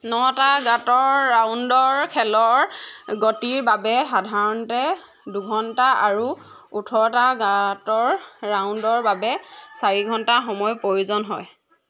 নটা গাঁতৰ ৰাউণ্ডৰ খেলৰ গতিৰ বাবে সাধাৰণতে দুঘণ্টা আৰু ওঠৰটা গাঁতৰ ৰাউণ্ডৰ বাবে চাৰি ঘণ্টা সময়ৰ প্ৰয়োজন হয়